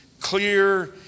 clear